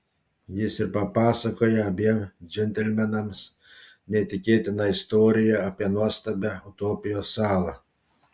jis ir papasakoja abiem džentelmenams neįtikėtiną istoriją apie nuostabią utopijos salą